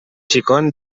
xicon